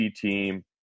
team